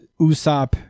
Usopp